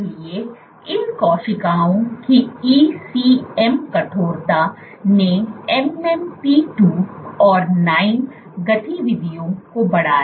इसलिए इन कोशिकाओं की ECM कठोरता ने MMP 2 और 9 गतिविधियों को बढ़ाया